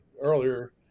earlier